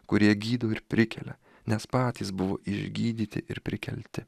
kurie gydo ir prikelia nes patys buvo išgydyti ir prikelti